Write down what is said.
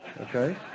Okay